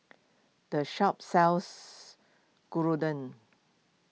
the shop sells Gyudon